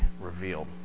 revealed